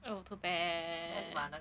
oh too bad